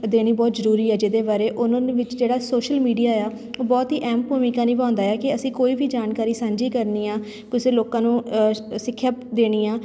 ਦੇਣੀ ਬਹੁਤ ਜ਼ਰੂਰੀ ਹੈ ਜਿਹਦੇ ਬਾਰੇ ਉਹਨਾਂ ਨੂੰ ਵਿੱਚ ਜਿਹੜਾ ਸੋਸ਼ਲ ਮੀਡੀਆ ਹੈ ਉਹ ਬਹੁਤ ਹੀ ਅਹਿਮ ਭੂਮਿਕਾ ਨਿਭਾਉਂਦਾ ਹੈ ਕਿ ਅਸੀਂ ਕੋਈ ਵੀ ਜਾਣਕਾਰੀ ਸਾਂਝੀ ਕਰਨੀ ਆ ਕਿਸੇ ਲੋਕਾਂ ਨੂੰ ਸਿੱਖਿਆ ਦੇਣੀ ਆ